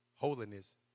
Holiness